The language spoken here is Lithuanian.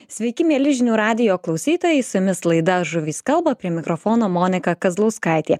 sveiki mieli žinių radijo klausytojai su jumis laida žuvys kalba prie mikrofono monika kazlauskaitė